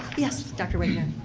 yes, dr. wagner.